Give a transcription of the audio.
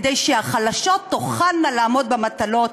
כדי שהחלשות תוכלנה לעמוד במטלות.